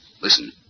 Listen